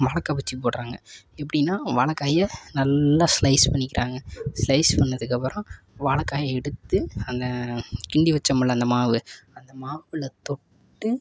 வாழைக்கா பஜ்ஜி போடுறாங்க எப்படின்னா வாழைக்காய நல்லா ஸ்லைஸ் பண்ணிக்கிறாங்க ஸ்லைஸ் பண்ணதுக்கப்புறம் வாழைக்காய எடுத்து அந்த கிண்டி வெச்சமில்ல அந்த மாவு அந்த மாவில் தொட்டு